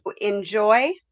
enjoy